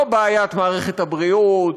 לא בעיית מערכת הבריאות,